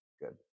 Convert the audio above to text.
good